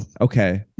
okay